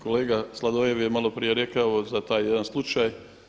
Kolega Sladoljev je maloprije rekao za taj jedan slučaj.